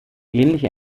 ähnliche